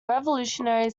revolutionary